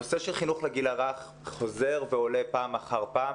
הנושא של החינוך לגיל הרך חוזר ועולה פעם אחר פעם.